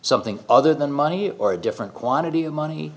something other than money or a different quantity of money